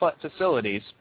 facilities